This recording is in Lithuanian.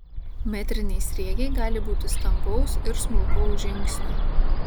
metriniai sriegiai gali būti stambaus ir smulkaus žingsnio